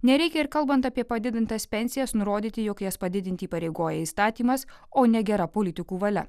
nereikia ir kalbant apie padidintas pensijas nurodyti jog jas padidinti įpareigoja įstatymas o negera politikų valia